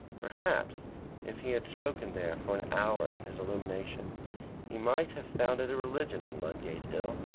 perhaps if he had spoken there for an hour in his illumination he might have founded a religion on ludgate hill.